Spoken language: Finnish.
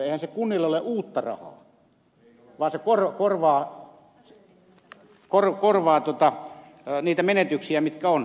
eihän se kunnille ole uutta rahaa vaan se korvaa niitä menetyksiä joita on